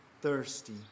thirsty